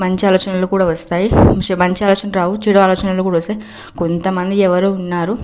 మంచి ఆలోచనలు కూడా వస్తాయి మంచి ఆలోచనలు రావు చెడు ఆలోచనలు కూడా వస్తాయి కొంత మంది ఎవరో ఉన్నారు